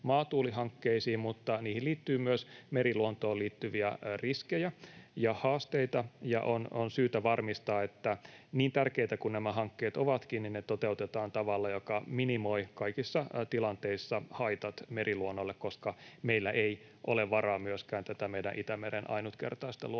mutta niihin liittyy myös meriluontoon liittyviä riskejä ja haasteita. On syytä varmistaa, niin tärkeitä kuin nämä hankkeet ovatkin, että ne toteutetaan tavalla, joka minimoi kaikissa tilanteissa haitat meriluonnolle, koska meillä ei ole varaa myöskään tätä meidän Itämeren ainutkertaista luontoa